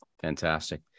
Fantastic